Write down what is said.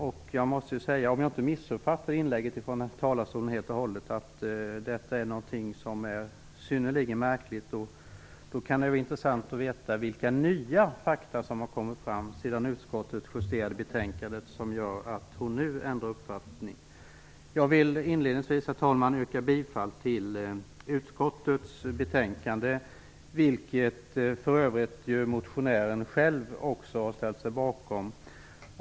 Detta är någonting synnerligen märkligt, om jag inte missuppfattade Ewa Larssons inlägg från talarstolen helt och hållet. Det kan då vara intressant att veta vilka nya fakta som har kommit fram sedan utskottet justerade betänkandet som gör att hon nu ändrat uppfattning. Herr talman! Jag vill inledningsvis yrka bifall till utskottets hemställan, vilket för övrigt motionären själv ställt sig bakom.